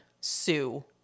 sue